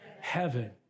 Heaven